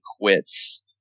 quits